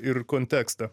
ir kontekstą